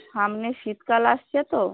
সামনে শীতকাল আসছে তো